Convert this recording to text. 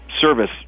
service